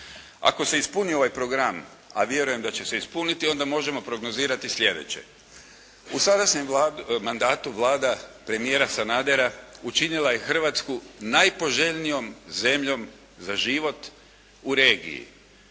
Ako se ispuni ovaj program, a vjerujem da će se ispuniti onda možemo prognozirati sljedeće: u sadašnjem mandatu Vlada premijera Sanadera učinila je Hrvatsku najpoželjnijom zemljom za život u regiji.